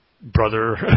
brother